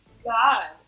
God